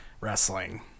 wrestling